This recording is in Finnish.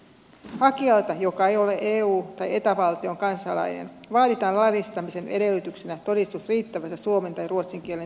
hakijalta joka ei ole eu tai eta valtion kansalainen vaaditaan laillistamisen edellytyksenä todistus riittävästä suomen tai ruotsin kielen taidosta